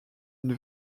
une